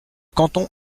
canton